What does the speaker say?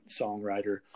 songwriter